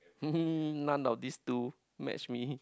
none of these two match me